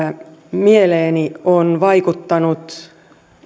mieleeni on vaikuttanut